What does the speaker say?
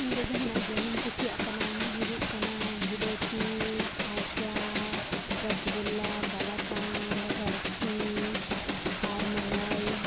ᱤᱧ ᱫᱚ ᱡᱟᱦᱟᱱᱟᱜ ᱡᱚᱢ ᱤᱧ ᱠᱩᱥᱤᱭᱟᱜ ᱠᱟᱱᱟ ᱚᱱᱟ ᱦᱩᱭᱩᱜ ᱠᱟᱱᱟ ᱡᱤᱞᱮᱯᱤ ᱠᱷᱟᱡᱟ ᱨᱟᱹᱥᱜᱩᱞᱞᱟ ᱠᱟᱞᱟᱠᱟᱱᱫ ᱵᱟᱨᱯᱷᱤ ᱟᱨ ᱢᱟᱞᱟᱭ